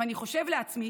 אני חושב לעצמי